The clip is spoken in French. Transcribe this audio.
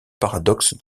paradoxe